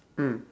mm